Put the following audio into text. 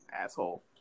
Asshole